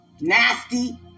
nasty